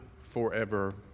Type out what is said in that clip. forever